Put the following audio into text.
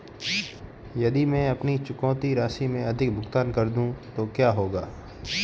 यदि मैं अपनी चुकौती राशि से अधिक भुगतान कर दूं तो क्या होगा?